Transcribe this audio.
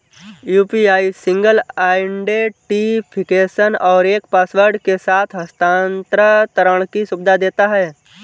UPI single identification और एक password के साथ हस्थानांतरण की सुविधा देता है